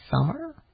summer